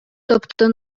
тобто